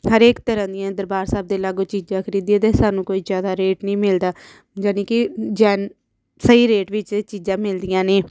ਹਰੇਕ ਤਰ੍ਹਾਂ ਦੀਆਂ ਦਰਬਾਰ ਸਾਹਿਬ ਦੇ ਲਾਗੋਂ ਚੀਜ਼ਾਂ ਖਰੀਦੀਏ ਤਾਂ ਸਾਨੂੰ ਕੋਈ ਜ਼ਿਆਦਾ ਰੇਟ ਨਹੀਂ ਮਿਲਦਾ ਯਾਨੀ ਕਿ ਜੈਨ ਸਹੀ ਰੇਟ ਵਿੱਚ ਚੀਜ਼ਾਂ ਮਿਲਦੀਆਂ ਨੇ